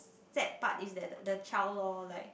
sad part is that the child lor like